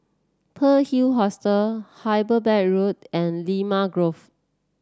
Pearl Hill Hostel Hyderabad Road and Limau Grove